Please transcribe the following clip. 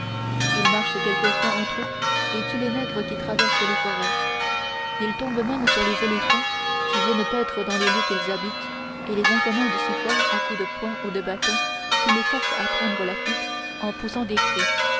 ils marchent quelquefois en troupes et tuent les nègres qui traversent les forêts ils tombent même sur les éléphants qui viennent paître dans les lieux qu'ils habitent et les incommodent si fort à coups de poing ou de bâton qu'ils les forcent à prendre la fuite en poussant des cris